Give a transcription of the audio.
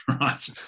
right